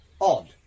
Odd